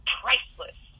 priceless